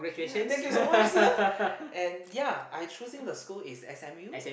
ya thank you so much ah and ya I choosing the school is S_M_U